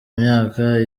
myaka